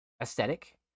aesthetic